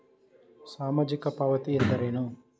ಸಾಮಾಜಿಕ ಪಾವತಿ ಎಂದರೇನು?